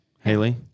Haley